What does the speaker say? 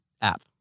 app